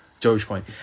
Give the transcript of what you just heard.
Dogecoin